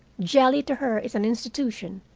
jelly to her is an institution,